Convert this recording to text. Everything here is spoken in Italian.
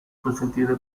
consentire